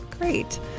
great